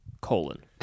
colon